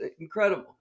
incredible